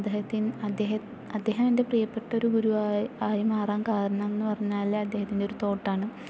അദ്ദേഹത്തിൻ അദ്ദേഹം അദ്ദേഹം എൻ്റെ പ്രിയപ്പെട്ടൊരു ഗുരു ആയി ആയി മാറാൻ കാരണം എന്ന് പറഞ്ഞാല് അദ്ദേഹത്തിൻ്റെ ഒരു തോട്ട് ആണ്